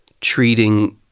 treating